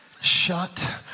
Shut